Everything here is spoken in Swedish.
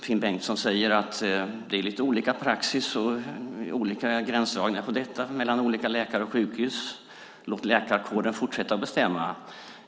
Finn Bengtsson säger att det är lite olika praxis och olika gränsdragningar mellan olika läkare och sjukhus. Låt läkarkåren fortsätta att bestämma!